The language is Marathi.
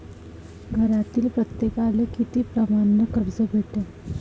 घरातील प्रत्येकाले किती परमाने कर्ज भेटन?